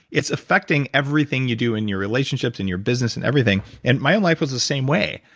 it's affecting everything you do in your relationships, in your business, in everything, and my own life was the same way.